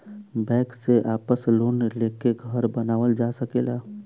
bank से आवास loan लेके घर बानावल जा सकेला